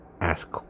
ask